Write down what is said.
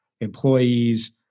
employees